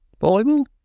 Volleyball